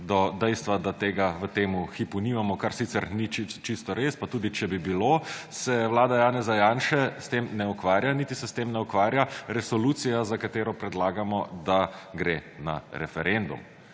do dejstva, da tega v tem hipu nimamo, kar sicer ni čisto res. Pa tudi če bi bilo, se vlada Janeza Janše s tem ne ukvarja, niti se s tem ne ukvarja resolucija, za katero predlagamo, da gre na referendum.